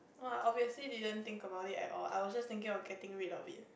!wah! obviously didn't think about it at all I was just thinking of getting rid of it